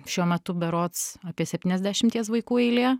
šiuo metu berods apie septyniasdešimties vaikų eilė